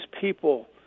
people